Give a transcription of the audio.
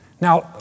Now